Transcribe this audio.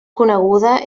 coneguda